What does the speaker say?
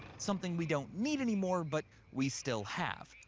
something we don't need anymore but we still have.